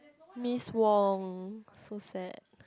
Miss Wong so sad